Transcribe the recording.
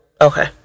Okay